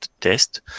test